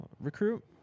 recruit